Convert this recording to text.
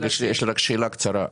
יש לי רק שאלה קצרה.